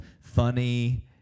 funny